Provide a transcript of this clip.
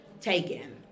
taken